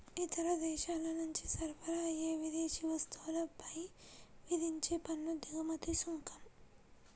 ఇతర దేశాల నుంచి సరఫరా అయ్యే విదేశీ వస్తువులపై విధించే పన్ను దిగుమతి సుంకం